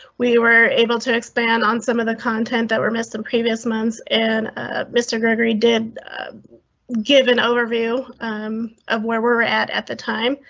we were able to expand on some of the content that were missed in previous months. an ah mr. gregory did give an overview of where we're at at the time.